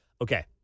Okay